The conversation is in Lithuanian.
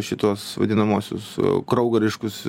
šituos vadinamuosius kraugeriškus